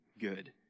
good